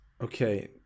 Okay